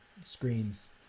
screens